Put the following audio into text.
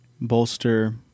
bolster